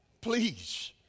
Please